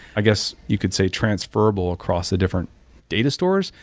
i guess you could say transferrable across the different data stores.